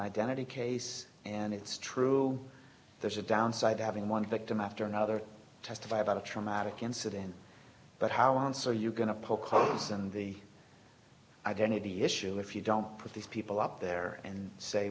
identity case and it's true there's a downside to having one victim after another testify about a traumatic incident but how are you going to pull codes and the identity issue if you don't put these people up there and say